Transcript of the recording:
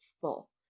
full